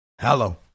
Hello